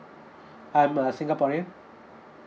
I'm a singaporean